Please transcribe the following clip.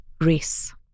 race